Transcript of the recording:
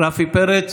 רפי פרץ,